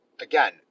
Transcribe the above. again